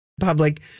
Public